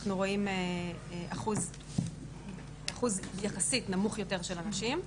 אנחנו רואים אחוז יחסית נמוך יותר של אנשים.